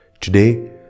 Today